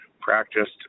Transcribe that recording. practiced